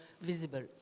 visible